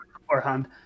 beforehand